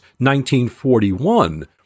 1941